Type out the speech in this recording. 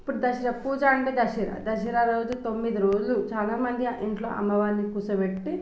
ఇప్పుడు దసరా పూజ అంటే దసరా దసరా రోజు తొమ్మిది రోజులు చాలామంది ఇంట్లో అమ్మవారిని కూర్చోబెట్టి